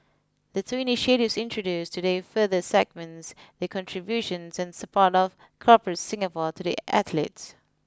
the two initiatives introduced today further segments the contribution and support of Corporate Singapore to the athletes